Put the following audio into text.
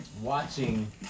watching